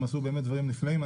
הם עשו דברים נפלאים.